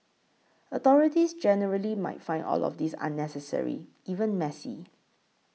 authorities generally might find all of this unnecessary even messy